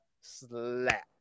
slap